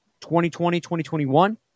2020-2021